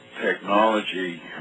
technology